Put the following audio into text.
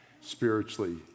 Spiritually